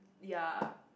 ya